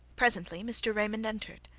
presently mr. raymond entered,